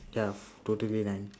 ya total be nine